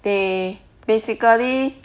they basically